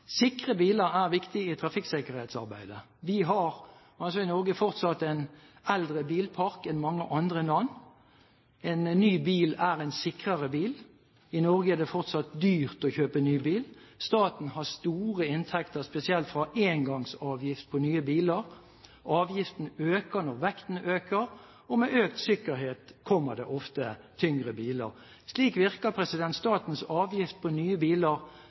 Sikre biler er viktig i trafikksikkerhetsarbeidet. Vi har i Norge fortsatt en eldre bilpark enn det mange andre land har. En ny bil er en sikrere bil. I Norge er det fortsatt dyrt å kjøpe ny bil. Staten har store inntekter spesielt fra engangsavgift på nye biler. Avgiften øker når vekten øker, og med økt sikkerhet kommer det ofte tyngre biler. Slik virker statens avgift på nye biler